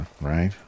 right